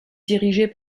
dirigés